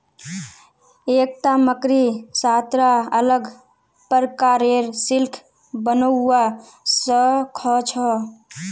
एकता मकड़ी सात रा अलग प्रकारेर सिल्क बनव्वा स ख छ